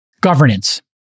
governance